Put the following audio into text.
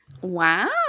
Wow